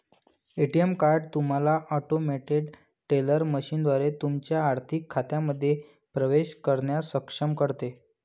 ATM card तुम्हाला automated teller मशीनद्वारे तुमच्या आर्थिक खात्यांमध्ये प्रवेश करण्यास सक्षम करते